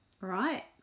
right